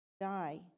die